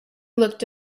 looked